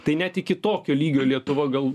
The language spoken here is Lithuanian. tai net iki tokio lygio lietuva gal